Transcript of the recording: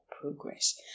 progress